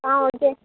ஆ okay